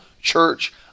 church